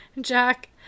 Jack